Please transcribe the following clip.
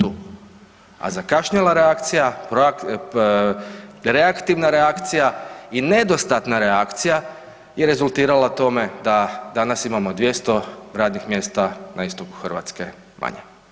A zakašnjela reakcija, reaktivna reakcija i nedostatna reakcija je rezultirala tome da danas imamo 200 radnih mjesta na Istoku Hrvatske manje.